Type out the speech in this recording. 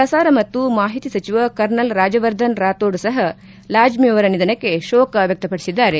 ಪ್ರಸಾರ ಮತ್ತು ಮಾಹಿತಿ ಸಚಿವ ಕರ್ನಲ್ ರಾಜ್ಯವರ್ಧನ್ ರಾಥೋಡ್ ಸಹ ಲಾಜ್ಯೆಯವರ ನಿಧನಕ್ಕೆ ಶೋಕ ವ್ಲಕ್ಷಪಡಿಸಿದ್ದಾರೆ